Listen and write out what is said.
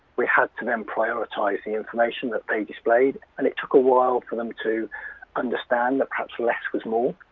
we had to then prioritise the information that they displayed and it took a while for them to understand that perhaps less was more.